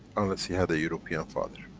unless he had a european father.